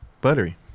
Buttery